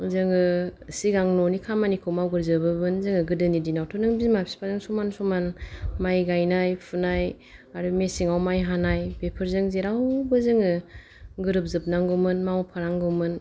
जोङो सिगां न'नि खामानिखौ मावगोरजोबोमोन जोङो गोदोनि दिनावथ' नों बिमा बिफाजों समान समान माइ गायनाय फुनाय आरो मेसेङाव माइ हानाय बेफोरजों जेरावबो जोङो गोरोबजोबनांगौमोन मावफानांगौमोन